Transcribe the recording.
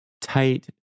tight